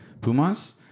Pumas